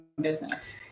business